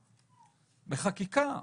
בחקיקה,